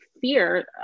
fear